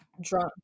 Drunk